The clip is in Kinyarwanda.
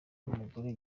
n’umugore